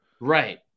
Right